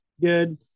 good